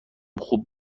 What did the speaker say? خوب